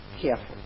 Careful